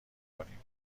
کنیم